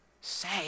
say